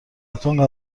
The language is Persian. حتما